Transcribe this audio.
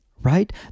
right